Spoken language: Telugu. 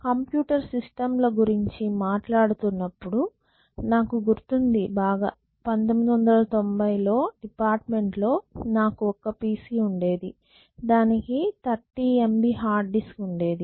కంప్యూటర్ సిస్టం ల గురించి మాట్లాడుతున్నప్పుడు నాకు గుర్తుంది బాగా 1990 లో డిపార్ట్మెంట్ లో నాకు ఒక PC ఉండేది దానికి 30MB హార్డ్ డిస్క్ ఉండేది